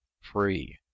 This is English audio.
free